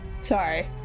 Sorry